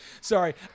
Sorry